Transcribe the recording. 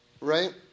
Right